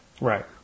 Right